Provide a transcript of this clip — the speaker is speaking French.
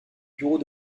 bureaux